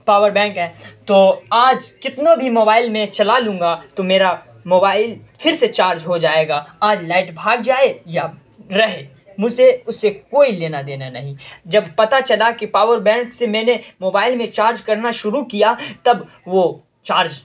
power bank ہے تو آج کتنوں بھی موبائل میں چلا لوں گا تو میرا موبائل پھر سے چارج ہو جائے گا آج لائٹ بھاگ جائے یا رہے مجھے اس سے کوئی لینا دینا نہیں جب پتہ چلا کہ پاور بینک سے میں نے موبائل میں چارج کرنا شروع کیا تب وہ چارج